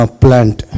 plant